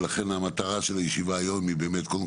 לכן המטרה של הישיבה היום היא באמת קודם